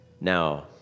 Now